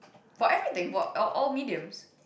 for everything for all all mediums